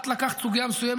את לקחת סוגיה מסוימת,